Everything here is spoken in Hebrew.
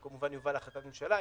הוא כמובן יובא להחלטת ממשלה,